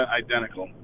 identical